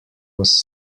was